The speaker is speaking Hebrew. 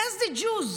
gas the Jews,